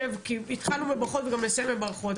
התחלנו בברכות וגם נסיים בברכות.